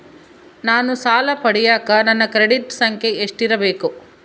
ನಾನು ಸಾಲ ಪಡಿಯಕ ನನ್ನ ಕ್ರೆಡಿಟ್ ಸಂಖ್ಯೆ ಎಷ್ಟಿರಬೇಕು?